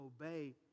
obey